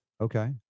Okay